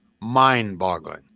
mind-boggling